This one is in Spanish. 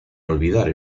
olvidar